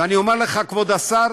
ואני אומר לך, כבוד השר,